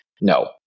No